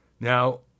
Now